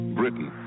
britain